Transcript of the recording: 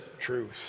truth